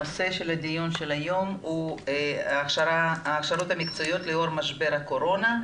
הנושא של הדיון של היום הוא ההכשרות המקצועיות לאור משבר הקורונה.